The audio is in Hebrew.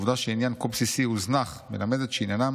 "העובדה שעניין כה בסיסי הוזנח מלמדת שעניינים